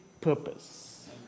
purpose